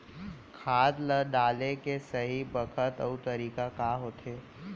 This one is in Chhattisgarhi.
खाद ल डाले के सही बखत अऊ तरीका का होथे?